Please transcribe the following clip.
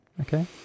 okay